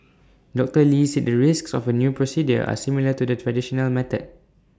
doctor lee said the risks of the new procedure are similar to the traditional method